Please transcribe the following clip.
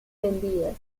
vendidas